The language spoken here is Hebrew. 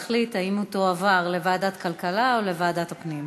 והיא תחליט אם היא תועבר לוועדת הכלכלה או לוועדת הפנים.